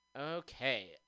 Okay